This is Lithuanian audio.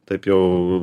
taip jau